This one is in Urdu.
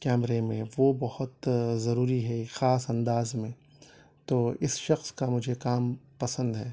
کیمرے میں وہ بہت ضروری ہے خاص انداز میں تو اس شخص کا مجھے کام پسند ہے